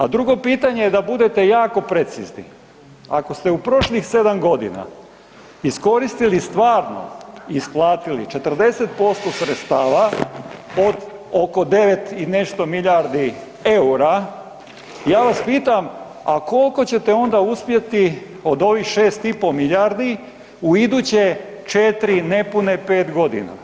A drugo pitanje je da budete jako precizni, ako ste u prošlih 7 godina iskoristili stvarno i isplatiti 40% sredstava od oko 9 i nešto milijardi EUR-a ja vas pitam, a koliko ćete onda uspjeti od ovih 6,5 milijardi u iduće 4 nepune 5 godina?